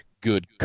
good